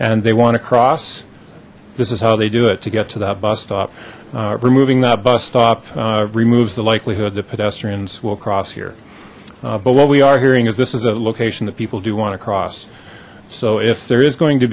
and they want to cross this is how they do it to get to that bus stop removing that bus stop removes the likelihood that pedestrians will cross here but what we are hearing is this is a location that people do want to cross so if there is going to